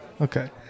okay